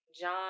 John